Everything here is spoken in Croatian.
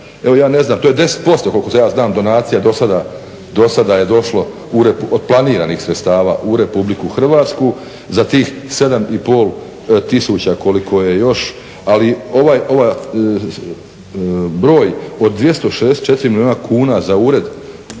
Evo ja ne znam, to je 10% koliko se ja znam donacija do sada je došlo, od planiranih sredstava u RH, za tih 7,5 tisuća koliko je još, ali ovaj broj od 264 milijuna kuna za ured